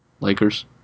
Lakers